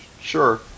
Sure